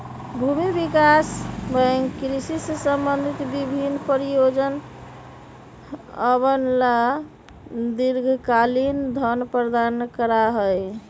भूमि विकास बैंक कृषि से संबंधित विभिन्न परियोजनअवन ला दीर्घकालिक धन प्रदान करा हई